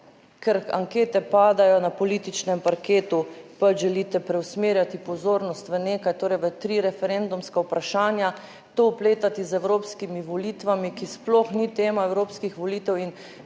ker ankete padajo na političnem parketu, pač želite preusmerjati pozornost v nekaj, torej v tri referendumska vprašanja, to vpletati z evropskimi volitvami, ki sploh ni tema evropskih volitev in